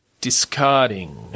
Discarding